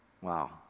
Wow